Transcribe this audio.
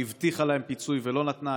שהבטיחה להם פיצוי ולא נתנה.